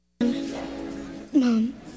Mom